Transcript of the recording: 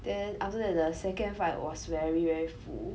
then after that the second fight was very very full